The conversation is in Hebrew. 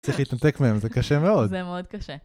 צריך להתנתק מהם זה קשה מאוד. זה מאוד קשה